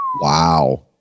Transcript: wow